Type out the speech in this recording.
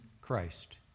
Christ